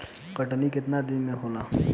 कटनी केतना दिन में होला?